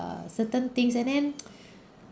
err certain things and then